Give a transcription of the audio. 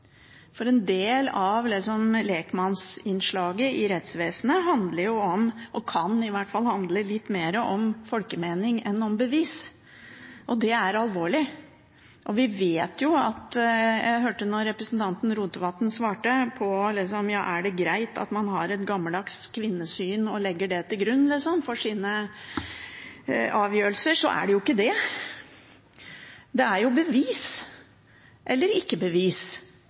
er en alvorlig bekymring at lekmannsinnslaget i rettsvesenet kan handle litt mer om folkemening enn om bevis, og det er alvorlig. Jeg hørte nå representanten Rotevatn svare på om det er greit at man har et gammeldags kvinnesyn og legger det til grunn for sine avgjørelser. Det er jo ikke det. Det er bevis eller ikke bevis,